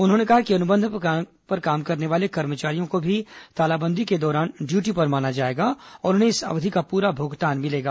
उन्होंने कहा कि अनुबंध पर काम करने वाले कर्मचारियों को भी तालाबंदी के दौरान ड्यूटी पर माना जाएगा और उन्हें इस अवधि का पूरा भुगतान मिलेगा